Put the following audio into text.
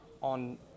on